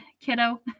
kiddo